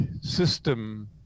system